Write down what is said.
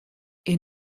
est